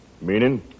Meaning